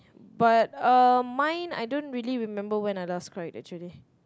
but um I don't really remember when I last cried actually